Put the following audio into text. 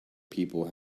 people